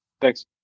Thanks